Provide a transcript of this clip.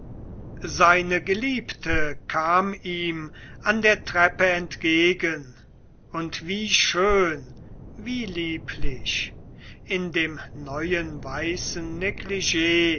seine geliebte kam ihm an der treppe entgegen und wie schön wie lieblich in dem neuen weißen